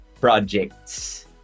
projects